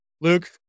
Luke